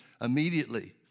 immediately